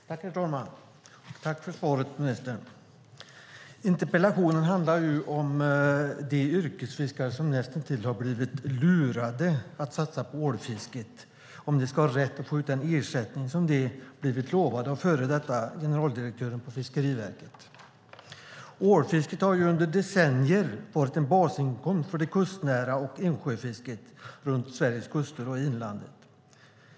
Herr talman! Tack för svaret, ministern! Interpellationen handlar om de yrkesfiskare som näst intill har blivit lurade att satsa på ålfisket ska ha rätt att få ut den ersättning som de blivit lovade av före detta generaldirektören på Fiskeriverket. Ålfisket har under decennier varit en basinkomst för Sveriges kustnära fiske och insjöfisket.